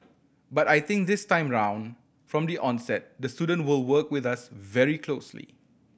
but I think this time around from the onset the student will work with us very closely